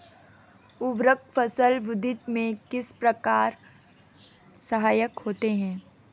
उर्वरक फसल वृद्धि में किस प्रकार सहायक होते हैं?